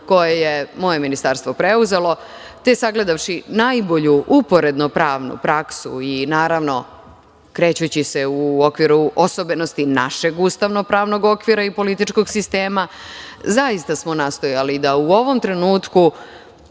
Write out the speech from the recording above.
koje je moje ministarstvo preuzelo, te sagledavši najbolju uporedno pravnu praksu i naravno krećući se u okviru osobenosti našeg ustavno-pravnog okvira i političkog sistema, zaista smo nastojali da u ovom trenutku